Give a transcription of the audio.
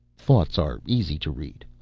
thoughts are easy to read.